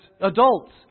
adults